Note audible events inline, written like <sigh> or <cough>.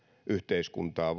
yhteiskuntaa <unintelligible>